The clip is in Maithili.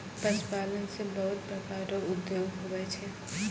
पशुपालन से बहुत प्रकार रो उद्योग हुवै छै